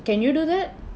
can you do that